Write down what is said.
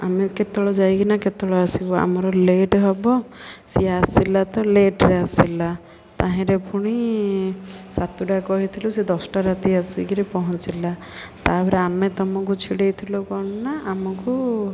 ଆମେ କେତେବେଳେ ଯାଇକିନା କେତେବେଳେ ଆସିବୁ ଆମର ଲେଟ୍ ହବ ସିଏ ଆସିଲା ତ ଲେଟରେ ଆସିଲା ତାହିଁରେ ପୁଣି ସାତଟା କହିଥିଲୁ ସେ ଦଶଟା ରାତି ଆସିକରି ପହଞ୍ଚିଲା ତାପରେ ଆମେ ତୁମକୁ ଛିଡ଼େଇଥିଲୁ କ'ଣ ନା ଆମକୁ